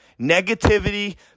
Negativity